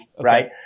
right